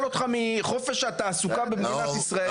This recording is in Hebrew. אותך מחופש התעסוקה במדינת ישראל.